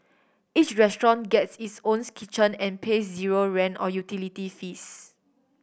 each restaurant gets its owns kitchen and pays zero rent or utility fees